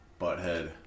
Butthead